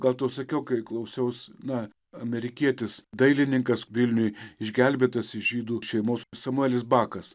gal tau sakiau kai klausiaus na amerikietis dailininkas vilniuj išgelbėtas žydų šeimos samuelis bakas